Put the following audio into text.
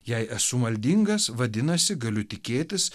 jei esu maldingas vadinasi galiu tikėtis